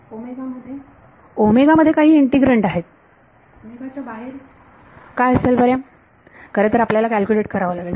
विद्यार्थी मध्ये मध्ये काही इंटिग्रँड मध्ये विद्यार्थी च्या बाहेर काय असेल बरे खरे तर आपल्याला कॅल्क्युलेट करावे लागेल